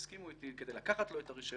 יסכימו איתי כדי לקחת לו את הרישיון,